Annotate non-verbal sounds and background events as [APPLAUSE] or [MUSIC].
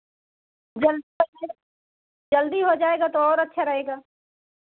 जल्दी [UNINTELLIGIBLE] जल्दी हो जाएगा तो और अच्छा रहेगा